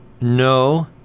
No